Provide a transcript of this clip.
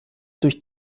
durch